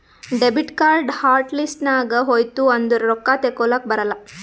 debit card hot list ನಾಗ್ ಹೋಯ್ತು ಅಂದುರ್ ರೊಕ್ಕಾ ತೇಕೊಲಕ್ ಬರಲ್ಲ